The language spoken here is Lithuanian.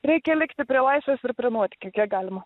reikia likti prie laisvės ir prie nuotykių kiek galima